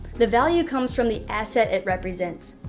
the value comes from the asset it represents.